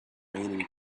raining